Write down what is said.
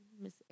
Miss